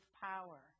power